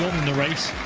in the race,